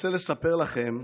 רוצה לספר לכם